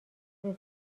رفیق